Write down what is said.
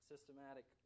Systematic